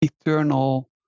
eternal